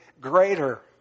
greater